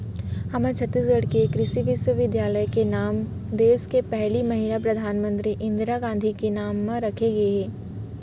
हमर छत्तीसगढ़ के कृषि बिस्वबिद्यालय के नांव देस के पहिली महिला परधानमंतरी इंदिरा गांधी के नांव म राखे गे हे